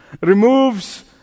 removes